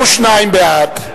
42 בעד,